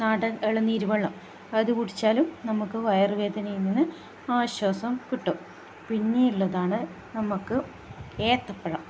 നാടൻ ഇളനീര് വെള്ളം അത് കുടിച്ചാലും നമുക്ക് വയറുവേദനയിൽ നിന്ന് ആശ്വാസം കിട്ടും പിന്നെയുള്ളതാണ് നമുക്ക് ഏത്തപ്പഴം